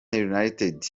utd